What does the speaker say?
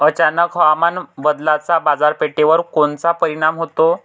अचानक हवामान बदलाचा बाजारपेठेवर कोनचा परिणाम होतो?